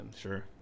Sure